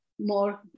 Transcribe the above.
more